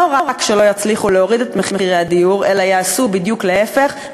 לא רק שלא יצליחו להוריד את מחירי הדיור אלא יעשו בדיוק להפך.